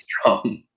strong